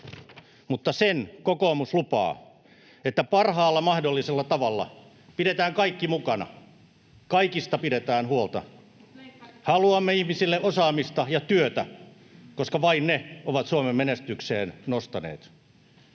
mutta sen kokoomus lupaa, että parhaalla mahdollisella tavalla pidetään kaikki mukana, kaikista pidetään huolta. Haluamme ihmisille osaamista ja työtä, koska vain ne ovat Suomen menestykseen nostaneet.